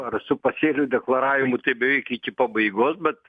ar su pasėlių deklaravimu stebiu iki pabaigos bet